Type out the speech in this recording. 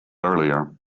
earlier